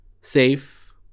safe